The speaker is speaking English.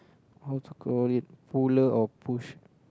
how to call it puller or push